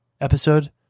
episode